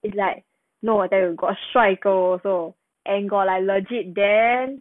it's like no I tell you got 帅哥 also and got like legit damn